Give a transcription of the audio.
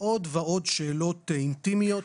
ועוד ועוד שאלות אינטימיות